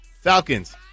Falcons